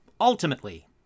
Ultimately